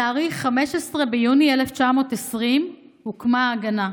בתאריך 15 ביוני 1920 הוקמה ההגנה.